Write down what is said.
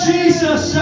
Jesus